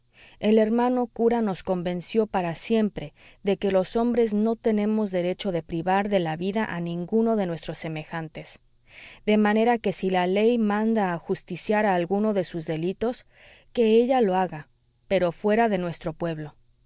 el hermano cura nos convenció para siempre de que los hombres no tenemos derecho de privar de la vida a ninguno de nuestros semejantes de manera que si la ley manda ajusticiar a alguno de sus delitos que ella lo haga pero fuera de nuestro pueblo